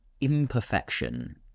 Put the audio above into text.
imperfection